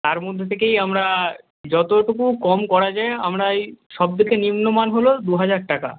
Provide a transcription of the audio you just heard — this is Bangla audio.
তার মধ্যে থেকেই আমরা যতটুকু কম করা যায় আমরা এই সব থেকে নিম্ন মান হলো দুহাজার টাকা